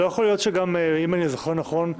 אם אני זוכר נכון,